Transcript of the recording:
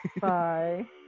bye